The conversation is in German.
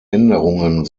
änderungen